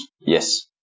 Yes